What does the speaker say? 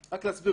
רק להסביר,